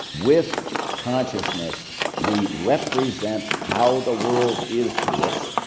with consciousness we represent how the world is to us,